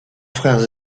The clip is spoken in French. frères